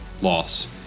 loss